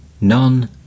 None